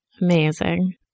Amazing